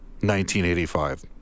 1985